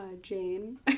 Jane